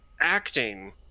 acting